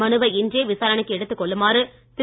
மனுவை இன்றே விசாரணைக்கு எடுத்துக் கொள்ளுமாறு திரு